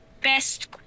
best